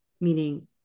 meaning